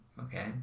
Okay